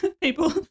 people